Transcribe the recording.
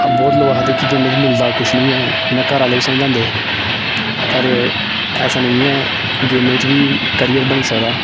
बहुत लोक आखदे कि गेमें च मिलदा कुछ निं ऐ इ'यां घर आह्ले बी समझांदे पर ऐसा नेईं ऐ गेमें च बी कैरियर बनी सकदा